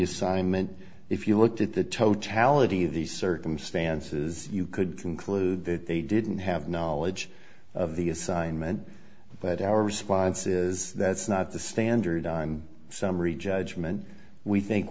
assignment if you looked at the totality of the circumstances you could conclude that they didn't have knowledge of the assignment but our response is that's not the standard i'm summary judgment we think